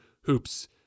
hoops